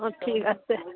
ও ঠিক আছে